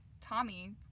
Tommy